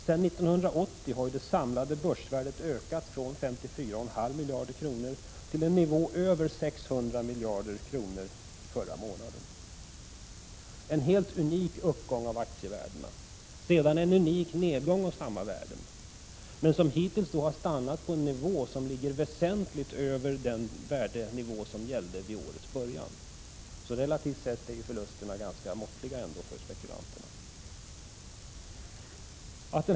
Sedan 1980 har ju det samlade börsvärdet ökat från 54,5 miljarder kronor till en nivå över 600 miljarder kronor i förra månaden. Först alltså en helt unik uppgång av aktievärdena, sedan en unik nedgång av samma värden men som hittills har stannat på en nivå som ligger väsentligt över den värdenivå som gällde vid årets början. Relativt sett är alltså förlusterna för spekulanterna ändå ganska måttliga.